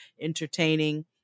entertaining